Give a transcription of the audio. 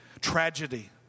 tragedy